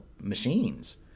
machines